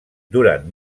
durant